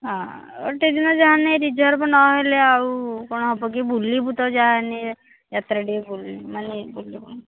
ହଁ ଗୋଟେ ଦିନ ଯାହେନେ ରିଜର୍ଭ ନହେଲେ ଆଉ କଣ ହେବ କି ବୁଲିବୁ ତ ଯାହେନେ ଯାତେରା ଟିକିଏ ବୁଲି ମାନେ ବୁଲିବୁ